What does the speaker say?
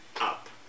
up